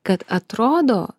kad atrodo